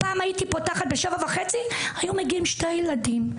פעם הייתי פותחת ב-07:30 היו מגיעים שני ילדים.